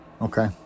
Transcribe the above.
Okay